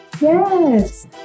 Yes